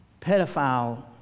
pedophile